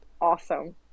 awesome